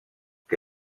que